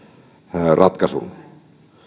ratkaisun